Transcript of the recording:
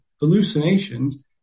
hallucinations